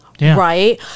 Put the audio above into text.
right